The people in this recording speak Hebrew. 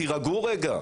תירגעו קצת.